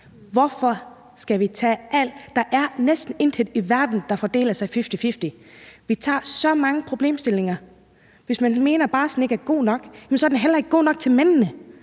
Hvorfor skal vi tage alt det? Der er næsten intet i verden, der fordeler sig fifty-fifty. Der er så mange problemstillinger, og hvis man mener, at barslen ikke er god nok, så er den heller ikke god nok til mændene.